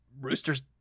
Rooster's